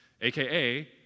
aka